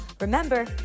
Remember